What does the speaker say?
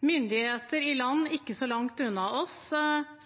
Myndigheter i land ikke så langt unna oss